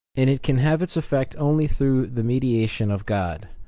and it can have its effect only through the mediation of god,